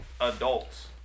adults